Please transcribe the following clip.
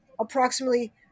approximately